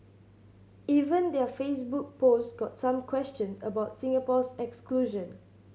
even their Facebook post got some questions about Singapore's exclusion